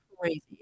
crazy